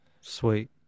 Sweet